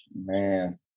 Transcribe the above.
Man